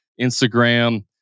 Instagram